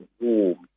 warm